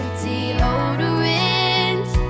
deodorant